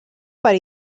per